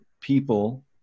people